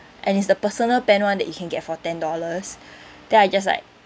and it's the personal pan [one] that you can get for ten dollars then I just like